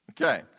Okay